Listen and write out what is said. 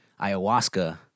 ayahuasca